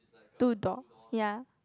two door ya